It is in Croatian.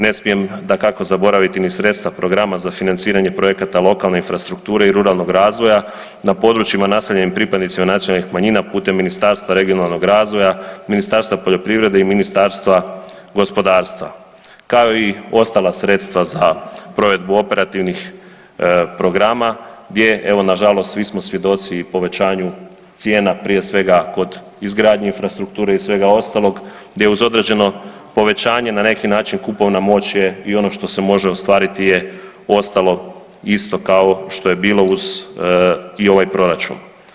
Ne smijem dakako zaboraviti ni sredstva programa za financiranje projekta lokalne infrastrukture i ruralnog razvoja na područjima naseljenim pripadnicima nacionalnih manjima putem Ministarstva regionalnog razvoja, Ministarstva poljoprivrede i Ministarstva gospodarstva, kao i ostala sredstva za provedbu operativnih programa gdje evo nažalost svi smo svjedoci i povećanju cijena prije svega kod izgradnje infrastrukture i svega ostalog gdje uz određeno povećanje na neki način kupovna moć je i ono što se može ostvariti je ostalo isto kao što je bilo uz i ovaj proračun.